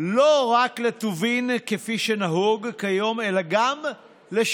לא רק לטובין, כפי שנהוג כיום, אלא גם לשירותים.